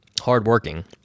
hardworking